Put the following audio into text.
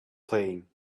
playing